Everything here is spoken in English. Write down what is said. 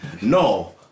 No